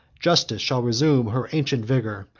justice shall resume her ancient vigor,